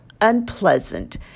unpleasant